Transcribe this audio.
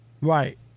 Right